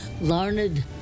Larned